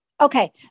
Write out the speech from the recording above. Okay